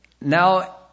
now